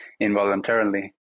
involuntarily